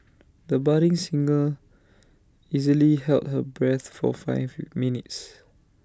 the budding singer easily held her breath for five minutes